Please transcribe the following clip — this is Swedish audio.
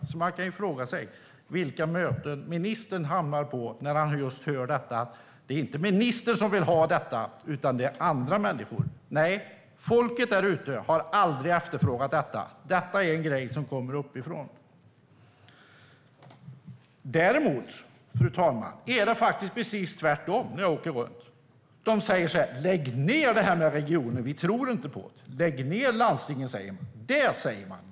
Man kan fråga sig vilka möten ministern hamnar på när han just hör detta. Det är inte ministern som vill ha detta, utan det är andra människor. Nej, folket där ute har aldrig efterfrågat detta. Detta är en grej som kommer uppifrån. Däremot, fru talman, är det faktiskt precis tvärtom när jag åker runt. De säger så här: Lägg ned det här med regioner! Vi tror inte på det. Lägg ned landstingen! Det säger man.